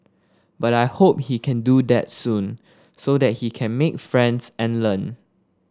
but I hope he can do that soon so that he can make friends and learn